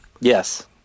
Yes